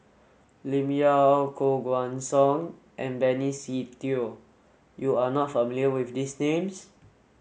Lim Yau Koh Guan Song and Benny Se Teo you are not familiar with these names